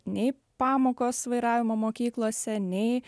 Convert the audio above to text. nei pamokos vairavimo mokyklose nei